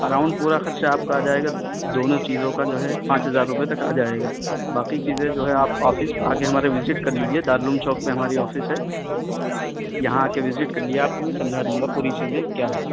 around پورا خرچہ آپ کا آ جائے گا دونوں چیزوں کا جو ہے پانچ ہزار روپئے تک کا آ جائے گا باقی چیزیں جو ہے آپ آفس آ کے ہمارے وزٹ کر لیجیے دار العلوم چوک پہ ہماری آفس ہے یہاں آ کے وزٹ کر لیے آپ کو میں سمجھا دوں گا پوری چیزیں کیا ہیں